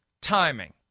timing